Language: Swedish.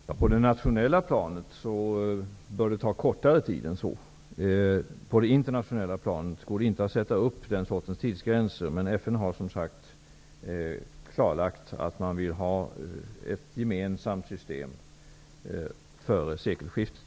Fru talman! På det nationella planet bör det ta kortare tid än så. På det internationella planet går det inte att sätta den sortens tidsgränser, men FN har som sagt klarlagt att man vill ha ett gemensamt system före sekelskiftet.